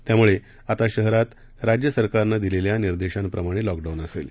त्यामुळे आता शहरात राज्य सरकारनं दिलेल्या निर्देशांप्रमाणे लॉकडाऊन असेल